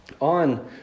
on